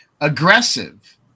aggressive